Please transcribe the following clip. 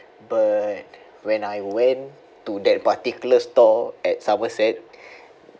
but when I went to that particular store at somerset